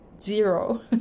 zero